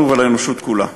לנו ולאנושות כולה.